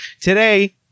today